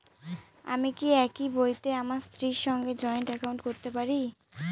আমি কি একই বইতে আমার স্ত্রীর সঙ্গে জয়েন্ট একাউন্ট করতে পারি?